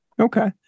Okay